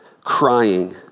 crying